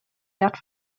wert